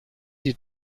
die